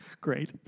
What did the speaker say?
Great